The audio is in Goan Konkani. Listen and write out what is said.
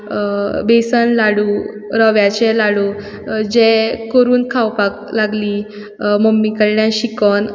बेसन लाडू रव्याचे लाडू जे करून खावपाक लागलीं मम्मी कडल्यान शिकून